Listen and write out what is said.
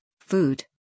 food